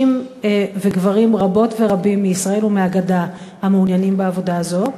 וגברים רבות ורבים מישראל ומהגדה המעוניינים בעבודה זו?